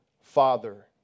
father